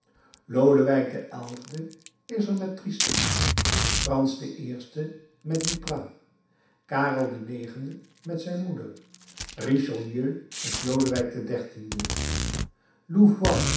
lodewijk xi is er met tristan frans i met duprat karel ix met zijn moeder richelieu met lodewijk